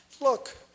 look